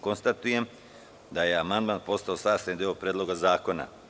Konstatujem da je amandman postao sastavni deo Predloga zakona.